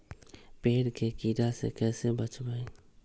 पेड़ के कीड़ा से कैसे बचबई?